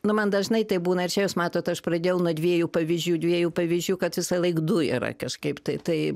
na man dažnai taip būna čia jūs matot aš pradėjau nuo dviejų pavyzdžių dviejų pavyzdžių kad visąlaik du yra kažkaip tai tai